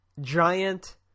Giant